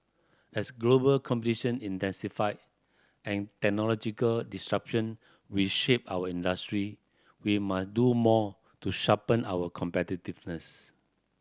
as global competition intensify and technological disruption reshape our industry we must do more to sharpen our competitiveness